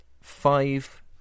Five